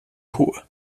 rua